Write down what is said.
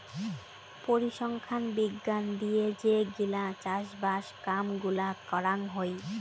পরিসংখ্যান বিজ্ঞান দিয়ে যে গিলা চাষবাস কাম গুলা করাং হই